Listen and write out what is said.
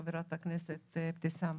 לחברת הכנסת אבתיסאם,